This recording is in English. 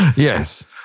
Yes